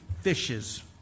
fishes